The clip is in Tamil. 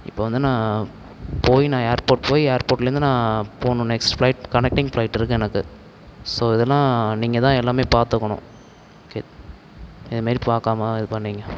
இப்போ வந்து நான் போய் நான் ஏர்போர்ட் போய் ஏர்போர்ட்லேருந்து நான் போகணும் நெக்ஸ்ட் ஃப்ளைட் கனெக்டிங் ஃப்ளைட் இருக்குது எனக்கு ஸோ இதெல்லாம் நீங்கள்தான் எல்லாமே பார்த்துக்கணும் ஓகே இதே மாதிரி பார்க்காம இது பண்ணிகுங்க